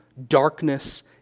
darkness